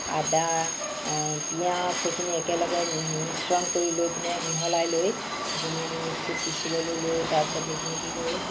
আদা পিঁয়াজ সেইখিনি একেলগে মিশ্ৰণ কৰি লৈপেনে মিহলাই লৈ সেইখিনি আমি মিক্সিত পিছি ল'লোঁ লৈ তাৰপিছত সেইখিনি কি কৰো